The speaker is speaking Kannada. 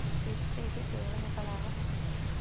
ಎಷ್ಟ ರೇತಿ ಠೇವಣಿಗಳ ಅವ?